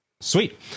Sweet